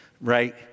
right